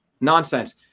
nonsense